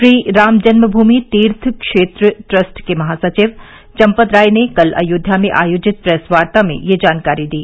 श्री राम जन्मभूमि तीर्थ क्षेत्र ट्रस्ट के महासचिव चम्पत राय ने कल अयोध्या में आयोजित प्रेस वार्ता में यह जानकारी दी